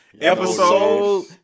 Episode